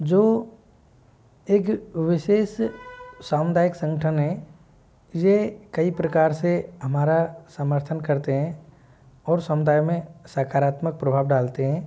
जो एक विशेष सामुदायिक संगठन है यह कई प्रकार से हमारा समर्थन करते हैं और समुदाय में सकारात्मक प्रभाव डालते हैं